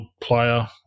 player